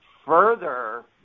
further